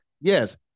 Yes